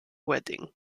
wedding